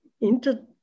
inter